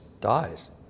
dies